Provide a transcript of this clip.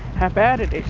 how bad it it